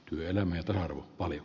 kyllä meitä oli